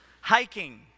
Hiking